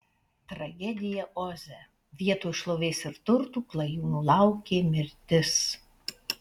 tragedija oze vietoj šlovės ir turtų klajūnų laukė mirtis